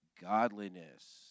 godliness